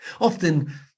Often